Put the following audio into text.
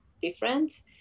different